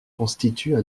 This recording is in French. constituent